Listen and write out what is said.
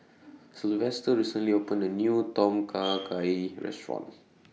Sylvester recently opened A New Tom Kha Gai Restaurant